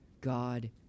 God